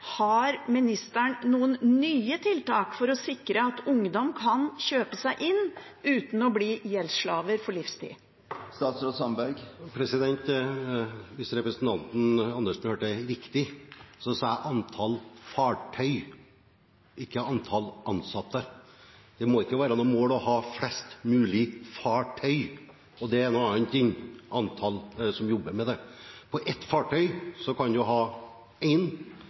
Har ministeren noen nye tiltak for å sikre at ungdom kan kjøpe seg inn uten å bli gjeldsslaver på livstid? Hørte representanten Andersen riktig? Jeg sa antall fartøy, ikke antall ansatte. Det må ikke være noe mål å ha flest mulig fartøy, og det er noe annet enn antallet som jobber med dette. På ett fartøy kan man ha én, på ett fartøy kan man ha tre, på ett fartøy kan man ha førti. Det blir en